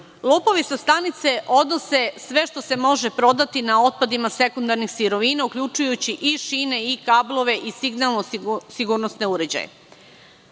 sa stanice odnose sve što se može prodati na otpadima sekundarnih sirovina, uključujući i šine i kablove i sigurnosne uređaje. Samo